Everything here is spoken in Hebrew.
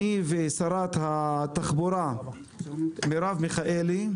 אני ושרת התחבורה מירב מיכאלי,